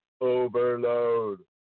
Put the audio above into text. Overload